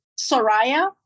Soraya